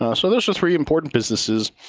ah so those are three important businesses.